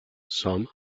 some